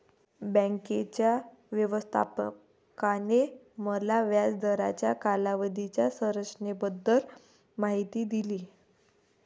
बँकेच्या व्यवस्थापकाने मला व्याज दराच्या कालावधीच्या संरचनेबद्दल माहिती दिली